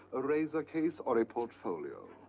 a razor case or a portfolio?